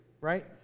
Right